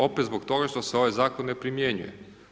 Opet zbog toga što se ovaj Zakon ne primjenjuje.